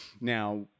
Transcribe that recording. Now